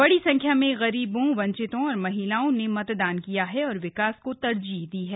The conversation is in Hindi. बड़ी संख्या में गरीबों वंचितो और महिलाओं ने मतदान किया है और विकास को तरजीह दी है